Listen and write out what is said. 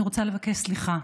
אני רוצה לבקש סליחה.